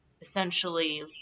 essentially